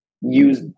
use